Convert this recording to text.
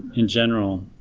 in general